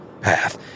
path